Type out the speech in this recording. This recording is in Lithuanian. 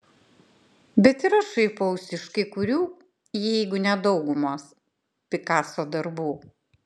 bet ir aš šaipausi iš kai kurių jeigu ne daugumos pikaso darbų